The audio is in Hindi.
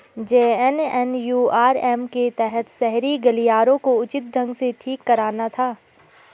जे.एन.एन.यू.आर.एम के तहत शहरी गलियारों को उचित ढंग से ठीक कराना था